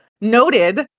Noted